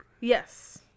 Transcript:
Yes